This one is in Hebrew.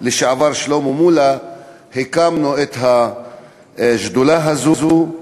לשעבר שלמה מולה הקמנו את השדולה הזאת.